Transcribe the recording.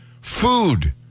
food